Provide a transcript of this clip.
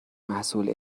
محصول